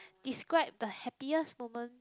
describe the happiest moment